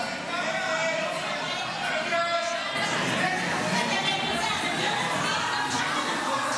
ההצעה להעביר לוועדה את הצעת חוק שירות